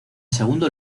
segundo